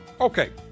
Okay